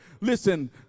Listen